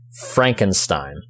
Frankenstein